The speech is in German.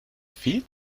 viel